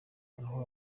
aho